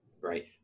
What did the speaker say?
right